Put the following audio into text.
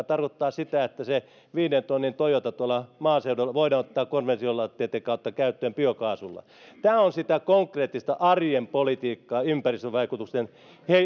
tarkoittaa sitä että se viidentonnin toyota tuolla maaseudulla voidaan ottaa konvertiolaitteitten kautta käyttöön biokaasulla tämä on sitä konkreettista arjen politiikkaa ympäristövaikutusten